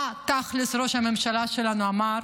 מה תכלס ראש הממשלה שלנו אמר?